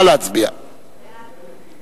ההצעה להעביר